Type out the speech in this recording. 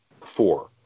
Four